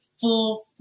full